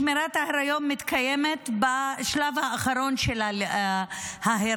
שמירת ההיריון מתקיימת בשלב האחרון של ההיריון,